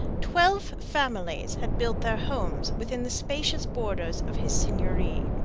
twelve families had built their homes within the spacious borders of his seigneury.